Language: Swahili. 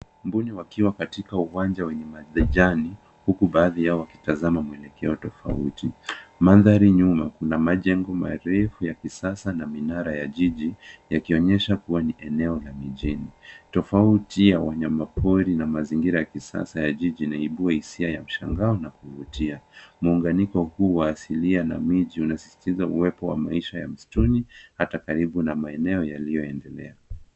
Mbuni wakiwa katika uwanja wenye majani, huku baadhi yao wakitazama maelekeo tofauti. Mandhari nyuma kuna majengo marefu ya kisasa na minara ya jiji yakionyesha kuwa ni eneo la mijini. Tofauti ya wanyama pori na mazingira ya kisasa ya jiji inaibua hisia ya mshangao na kuvutia. Muunganiko huu wa asilia na miji unasisitiza uwepo wa maisha ya msituni hata karibu na maeneo yaliyoendelea.